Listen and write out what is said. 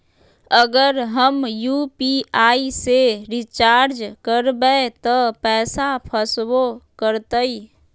अगर हम यू.पी.आई से रिचार्ज करबै त पैसा फसबो करतई?